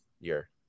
year